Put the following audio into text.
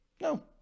No